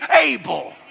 able